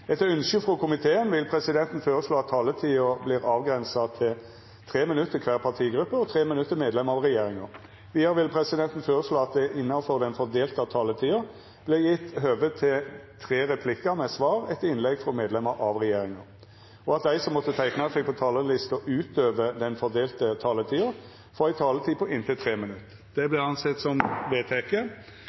Etter ønske frå familie- og kulturkomiteen vil presidenten føreslå at taletida vert avgrensa til 3 minutt til kvar partigruppe og 3 minutt til medlemer av regjeringa. Vidare vil presidenten føreslå at det – innanfor den fordelte taletida – vert gjeve høve til tre replikkar med svar etter innlegg frå medlemer av regjeringa, og at dei som måtte teikna seg på talarlista utover den fordelte taletida, får ei taletid på inntil 3 minutt. – Det er vedteke.